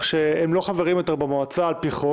שהם לא חברים יותר במועצה על-פי חוק.